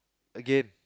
again